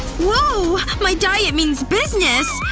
woah, my diet means business!